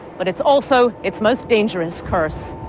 but it's also its most dangerous curse.